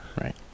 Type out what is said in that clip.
Right